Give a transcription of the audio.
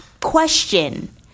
question